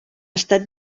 estat